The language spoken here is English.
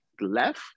left